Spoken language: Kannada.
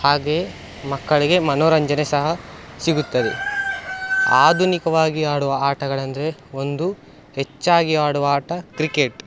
ಹಾಗೇ ಮಕ್ಕಳಿಗೆ ಮನೋರಂಜನೆ ಸಹ ಸಿಗುತ್ತದೆ ಆಧುನಿಕವಾಗಿ ಆಡುವ ಆಟಗಳೆಂದರೆ ಒಂದು ಹೆಚ್ಚಾಗಿ ಆಡುವ ಆಟ ಕ್ರಿಕೆಟ್